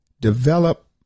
develop